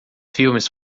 filmes